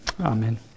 Amen